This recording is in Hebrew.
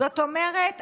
זאת אומרת,